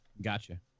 gotcha